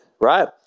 right